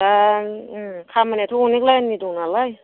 दा खामानियाथ' अनेक लाइन नि दं नालाय